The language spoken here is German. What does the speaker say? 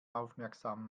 aufmerksam